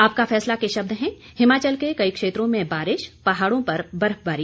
आपका फैसला के शब्द हैं हिमाचल के कई क्षेत्रों में बारिश पहाड़ों पर बर्फबारी